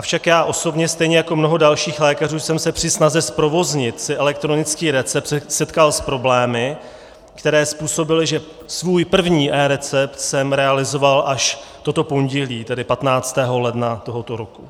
Avšak já osobně, stejně jako mnoho dalších lékařů jsem se při snaze zprovoznit si elektronický recept setkal s problémy, které způsobily, že svůj první eRecept jsem realizoval až toto pondělí, tedy 15. ledna tohoto roku.